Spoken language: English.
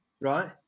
right